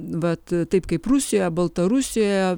vat taip kaip rusijoje baltarusijoje